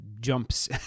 jumps